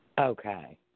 Okay